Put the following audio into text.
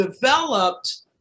developed